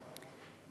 שלוש דקות,